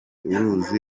uruzi